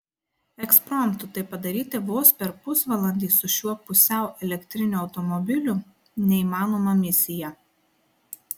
ekspromtu tai padaryti vos per pusvalandį su šiuo pusiau elektriniu automobiliu neįmanoma misija